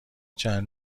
چند